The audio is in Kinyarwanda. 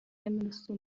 y’amaraso